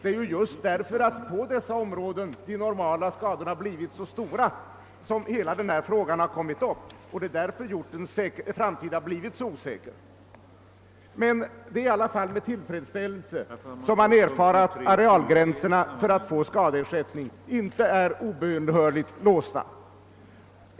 Det är just därför att hjortskadorna har blivit så stora i dessa områden som hjortstammens framtid har blivit så osäker och hela denna fråga har kommit upp. Men det är ändå med tillfredsställelse jag konstaterar att arealgränserna för att få skadeersättning inte är obönhörligt låsta.